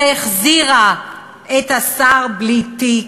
שהחזירה את השר בלי תיק,